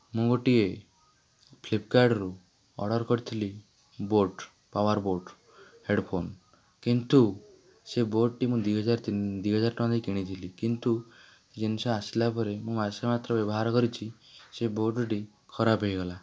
ମୁଁ ଗୋଟିଏ ଫ୍ଲିପ୍କାର୍ଟ୍ରୁ ଅର୍ଡ଼ର୍ କରିଥିଲି ବୋଟ୍ ପାୱାର୍ ବୋଟ୍ ହେଡ଼୍ଫୋନ୍ କିନ୍ତୁ ସେ ବୋଟ୍ଟି ମୁଁ ଦୁଇ ହଜାର ଦୁଇ ହଜାର ଟଙ୍କା ଦେଇ କିଣିଥିଲି କିନ୍ତୁ ଜିନିଷ ଆସିଲାପରେ ମୁଁ ମାସେ ମାତ୍ର ବ୍ୟବହାର କରିଛି ସେ ବୋଟ୍ଟି ଖରାପ ହୋଇଗଲା